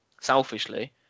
selfishly